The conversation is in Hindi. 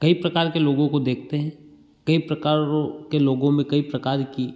कई प्रकार के लोगों को देखते हैं कई प्रकारों के लोगो में कई प्रकार की